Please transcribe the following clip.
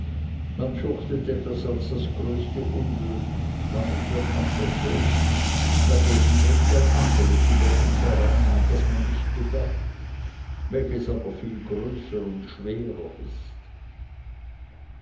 man fürchtet etwas als das größte unglück damit wird man verschont dagegen bricht ein anderes über uns herein an das man nicht gedacht welches aber viel größer und schwerer ist